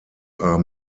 are